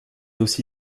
aussi